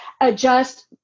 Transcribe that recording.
adjust